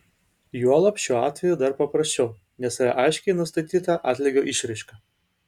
juolab šiuo atveju dar paprasčiau nes yra aiškiai nustatyta atlygio išraiška